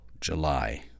July